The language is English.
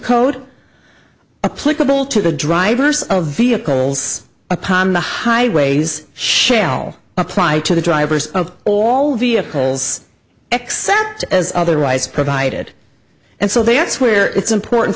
political to the drivers of vehicles upon the highways shall apply to the drivers of all vehicles except as otherwise provided and so they are where it's important